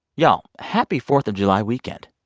y'all, happy fourth of july weekend.